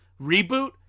reboot